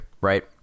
right